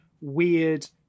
weird